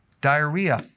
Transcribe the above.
Diarrhea